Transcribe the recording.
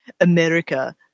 America